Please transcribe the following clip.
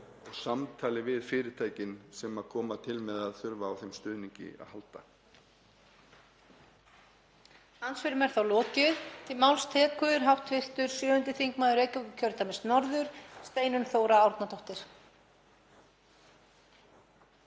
og samtali við fyrirtækin sem koma til með að þurfa á þeim stuðningi að halda.